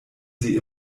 sie